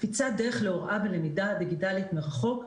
קפיצת דרך להוראה ולמידה דיגיטלית מרחוק,